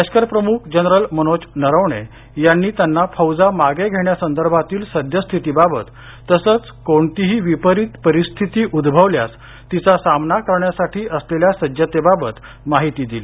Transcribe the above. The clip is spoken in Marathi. लष्करप्रमुख जनरल मनोज नरवणे यांनी त्यांना फौजा मागे घेण्यासंदर्भातील सद्यस्थितीबाबत तसंच कोणतीही विपरित परिस्थिती उद्भवल्यास तिचा सामना करण्यासाठी असलेल्या सज्जतेबाबत माहिती दिली